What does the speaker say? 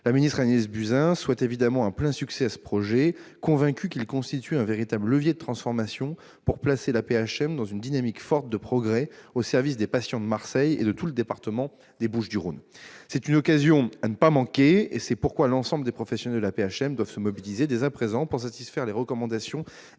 La ministre Agnès Buzyn souhaite évidemment un plein succès à ce projet, convaincue qu'il constitue un véritable levier de transformation pour placer l'AP-HM dans une dynamique forte de progrès, au service des patients de Marseille et de tout le département des Bouches-du-Rhône. C'est une occasion à ne pas manquer. Et c'est pourquoi l'ensemble des professionnels de l'AP-HM doivent se mobiliser, dès à présent, pour satisfaire les recommandations